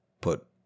put –